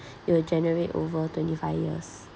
you'll generate over twenty five years